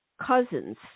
cousins